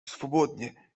swobodnie